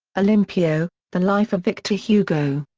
olympio the life of victor hugo.